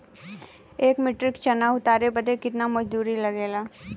एक metric tonne चना उतारे बदे कितना मजदूरी लगे ला?